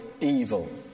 evil